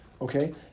Okay